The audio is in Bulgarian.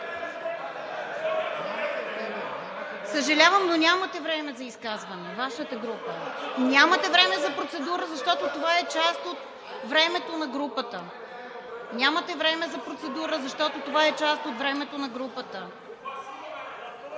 Съжалявам, но нямате време за изказване – Вашата група нямате време за процедура, защото това е част от времето на групата. Нямате време за процедура, защото това е част от времето на групата.